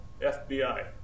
FBI